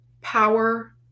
power